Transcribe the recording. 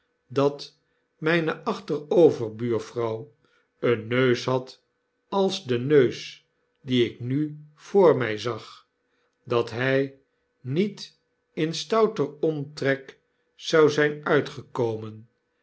dat mijne achter-overbuurvrouw een neus had als de neus die ik nu voor mij zag dat hij niet in stouter omtrek zou zijn uitgekomen